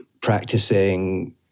practicing